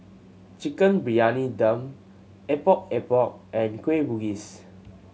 Chicken Briyani Dum Epok Epok and Kueh Bugis